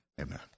amen